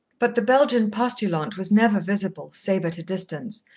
but the belgian postulante was never visible, save at a distance,